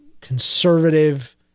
conservative